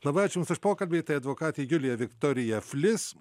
labai ačiū jums už pokalbį tai advokatė julija viktorija flis